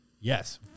yes